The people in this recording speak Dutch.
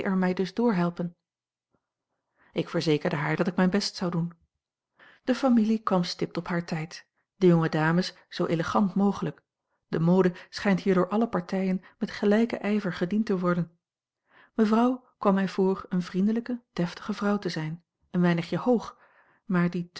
dus doorhelpen ik verzekerde haar dat ik mijn best zou doen de familie kwam stipt op haar tijd de jonge dames zoo elea l g bosboom-toussaint langs een omweg gant mogelijk de mode schijnt hier door alle partijen met gelijken ijver gediend te worden mevrouw kwam mij voor eene vriendelijke deftige vrouw te zijn een weinigje hoog maar die